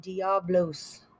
Diablos